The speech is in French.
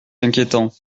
inquiétant